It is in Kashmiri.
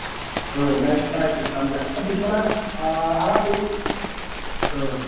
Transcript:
اۭں مےٚ چھُ پاے بہٕ چھُس سَمجھان آ اَگر تُہۍ إں